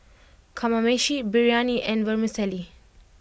Kamameshi Biryani and Vermicelli